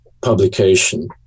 publication